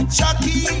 chucky